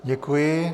Děkuji.